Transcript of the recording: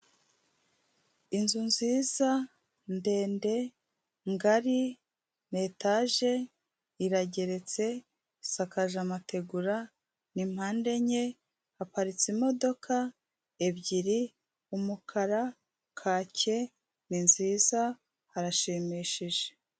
Inzu nziza ndende ngari etage irageretse isakaje amategura, ni mpande enye haparitse imodoka ebyiri umukara kake ni nziza harashimishije.